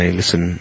listen